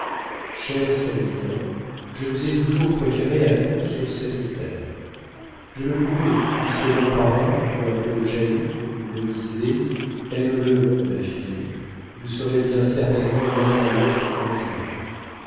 savinien je vous ai toujours préféré à tout sur cette terre je le pouvais puisque mon parrain quoique jaloux me disait aime-le ma fille vous serez bien certainement l'un à l'autre un jour